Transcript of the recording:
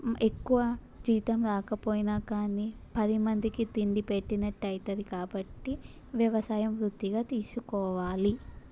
ఎక్కువ జీతం రాకపోయినా కానీ పదిమందికి తిండిపెట్టినట్టు అవుతుంది కాబట్టి వ్యవసాయం వృత్తిగా తీసుకోవాలి